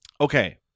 Okay